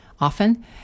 Often